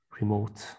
remote